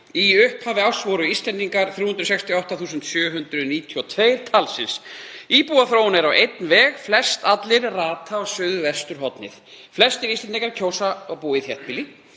Í upphafi árs voru Íslendingar 368.792 talsins. Íbúaþróun er á einn veg, flestallir rata á suðvesturhornið. Flestir Íslendingar kjósa að búa í þéttbýli.